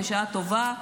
בשעה טובה,